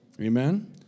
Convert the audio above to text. Amen